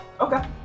Okay